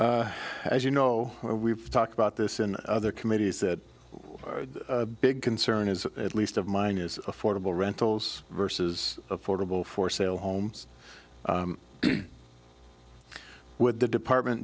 as you know we've talked about this in other committees that big concern is at least of mine is affordable rentals versus affordable for sale homes with the department